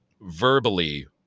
verbally